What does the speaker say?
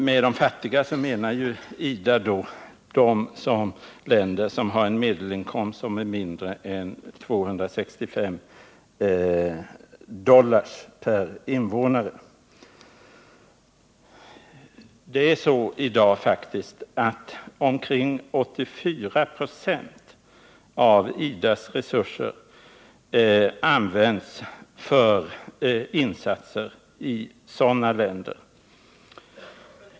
Med de fattiga länderna menar IDA de länder där medelinkomsten understiger 265 dollar per invånare. Omkring 84 96 av IDA:s resurser används faktiskt i dag för insatser i sådana länder.